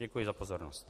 Děkuji za pozornost.